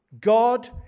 God